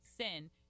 sin